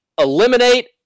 eliminate